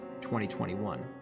2021